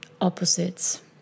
opposites